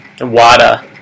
Wada